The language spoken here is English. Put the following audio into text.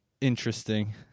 Interesting